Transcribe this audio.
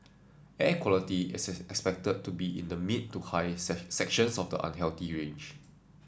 air quality is expected to be in the mid to high sections of the unhealthy range